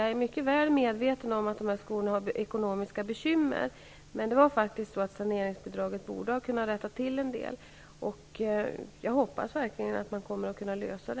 Jag är mycket väl medveten om att dessa skolor har ekonomiska bekymmer. Men saneringsbidraget borde ha kunnat rätta till en del. Jag hoppas verkligen att dessa frågor kan lösas.